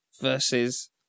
versus